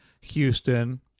Houston